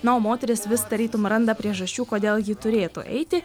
na o moterys vis tarytum randa priežasčių kodėl ji turėtų eiti